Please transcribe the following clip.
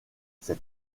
cet